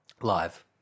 Live